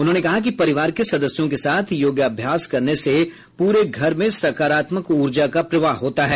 उन्होंने कहा कि परिवार के सदस्यों के साथ योगाभ्यास करने से पूरे घर में सकारात्मक ऊर्जा का प्रवाह होता है